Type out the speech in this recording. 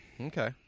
Okay